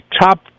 Top